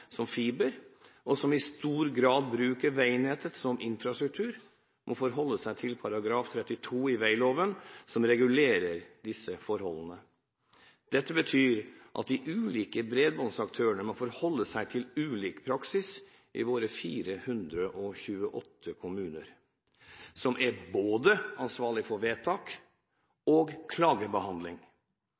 som fiber, og som i stor grad bruker veinettet som infrastruktur, må forholde seg til § 32 i vegloven som regulerer disse forholdene. Dette betyr at de ulike bredbåndsaktørene må forholde seg til ulik praksis i våre 428 kommuner, som er både ansvarlig for vedtak og klagebehandling.